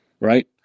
Right